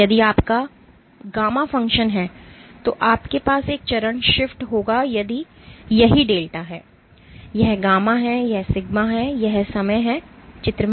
यदि यह आपका γ फ़ंक्शन है तो आपके पास एक चरण शिफ्ट होगा यही डेल्टा है यह γ है और यह सिग्मा है यह समय है चित्र में